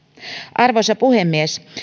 arvoisa puhemies